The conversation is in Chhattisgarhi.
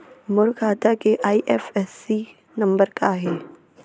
मोर खाता के आई.एफ.एस.सी नम्बर का हे?